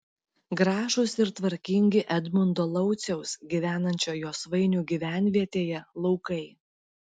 gražūs ir tvarkingi edmundo lauciaus gyvenančio josvainių gyvenvietėje laukai